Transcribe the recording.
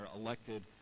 elected